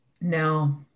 no